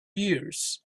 years